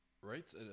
right